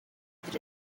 that